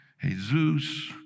Jesus